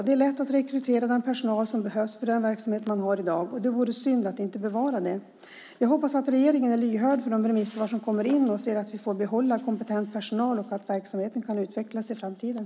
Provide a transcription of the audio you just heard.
Det är lätt att rekrytera den personal som behövs för den verksamhet som man har i dag. Och det vore synd att inte bevara den. Jag hoppas att regeringen är lyhörd för de remissvar som kommer in och ser till att vi får behålla kompetent personal och att verksamheten kan utvecklas i framtiden.